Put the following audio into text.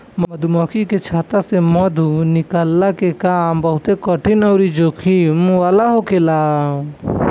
मधुमक्खी के छत्ता से मधु निकलला के काम बहुते कठिन अउरी जोखिम वाला होखेला